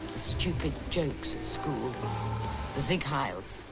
stupid jokes at school the seig heils.